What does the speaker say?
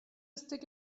stick